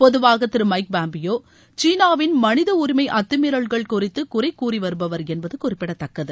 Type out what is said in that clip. பொதுவாக திரு Mike Pompeo சீனாவின் மனித உரிமை அத்தமீறல்கள் குறித்து குறை கூறிவருபவர் என்பது குறிப்பிடத்தக்கது